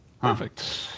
Perfect